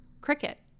cricket